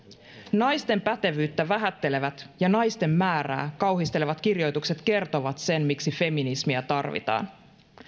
naisten pätevyyttä vähättelevät ja naisten määrää kauhistelevat kirjoitukset kertovat sen miksi feminismiä tarvitaan